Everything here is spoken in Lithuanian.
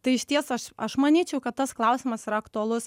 tai išties aš aš manyčiau kad tas klausimas yra aktualus